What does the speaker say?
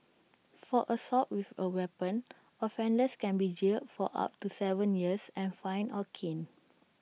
for assault with A weapon offenders can be jailed for up to Seven years and fined or caned